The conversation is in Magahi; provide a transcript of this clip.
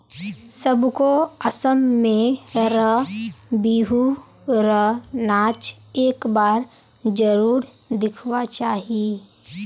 सबको असम में र बिहु र नाच एक बार जरुर दिखवा चाहि